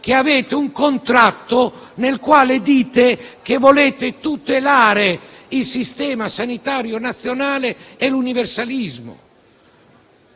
che avete un contratto nel quale dite che volete tutelare il Sistema sanitario nazionale e l'universalismo.